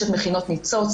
יש את מכינות ניצוץ,